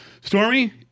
Stormy